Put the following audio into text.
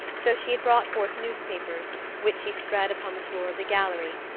so she had brought forth newspapers, which she spread upon the floor of the gallery,